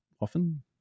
often